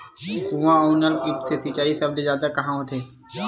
कुआं अउ नलकूप से सिंचाई सबले जादा कहां होथे?